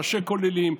ראשי כוללים,